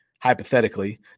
hypothetically